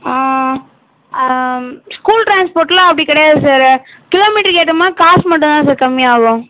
school ட்ரான்ஸ்போர்ட்லாம் அப்படி கிடையாது சார் கிலோமீட்ருக்கு ஏற்ற மாதிரி காசு மட்டும் தான் சார் கம்மியாகும்